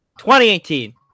2018